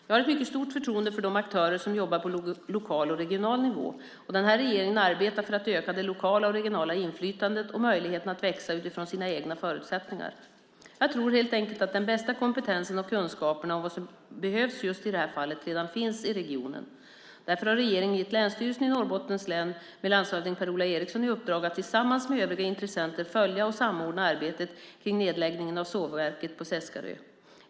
Jag har ett mycket stort förtroende för de aktörer som jobbar på lokal och regional nivå, och den här regeringen arbetar för att öka det lokala och regionala inflytandet och möjligheten att växa utifrån sina egna förutsättningar. Jag tror helt enkelt att den bästa kompetensen och kunskaperna om vad som behövs just i det här fallet redan finns i regionen. Därför har regeringen gett Länsstyrelsen i Norrbottens län, med landshövding Per-Ola Eriksson, i uppdrag att tillsammans med övriga intressenter följa och samordna arbetet kring nedläggningen av sågverket på Seskarö.